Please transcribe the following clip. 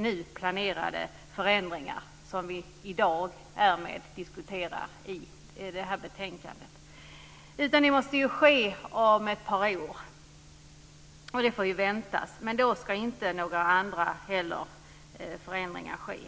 nu planerade förändringarna måste verka, de förändringar som vi i dag diskuterar i betänkandet. Det måste ske om ett par år. Vi får vänta. Men då ska inte heller några andra förändringar ske.